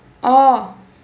oh